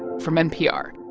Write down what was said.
from npr